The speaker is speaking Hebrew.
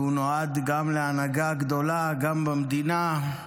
והוא נועד גם להנהגה גדולה, גם במדינה,